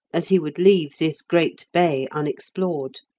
as he would leave this great bay unexplored.